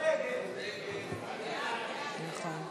תקציבי 24,